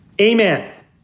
amen